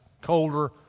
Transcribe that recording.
colder